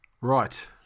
Right